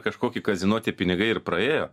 kažkokį kazino tie pinigai ir praėjo